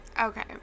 Okay